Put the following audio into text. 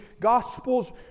Gospels